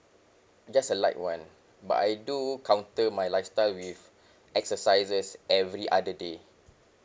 just a light one but I do counter my lifestyle with exercises every other day